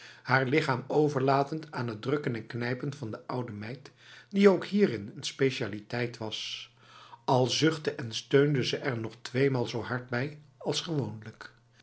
haar lichaam overlatend aan het drukken en knijpen van de oude meid die ook hierin een specialiteit was al zuchtte en steunde ze er nog tweemaal zo hard bij als gewoonlijk